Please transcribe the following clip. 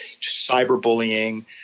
cyberbullying